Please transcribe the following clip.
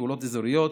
פעולות אזוריות,